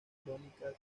crónicas